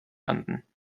landen